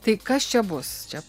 tai kas čia bus čia